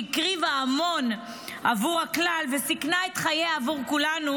שהקריבה המון עבור הכלל וסיכנה את חייה עבור כולנו,